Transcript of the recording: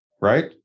Right